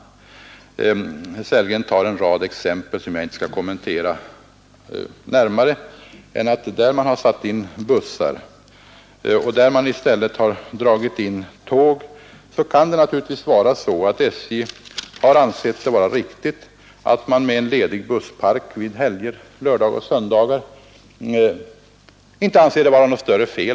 Herr Sellgren anför en rad exempel som jag inte skall kommentera närmare, På de linjer där SJ har dragit in tåg och i stället satt in bussar kan SJ naturligtvis ha ansett att det inte var något större fel att gå in med veckoslutstrafik när man ändå hade ledig busspark vid helger, lördagar och söndagar.